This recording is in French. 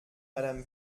madame